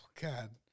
God